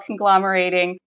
conglomerating